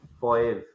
five